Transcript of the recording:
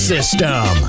System